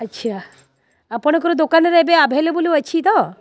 ଆଚ୍ଛା ଆପଣଙ୍କର ଦୋକାନରେ ଏବେ ଆଭେଲେବଲ୍ ଅଛି ତ